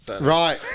Right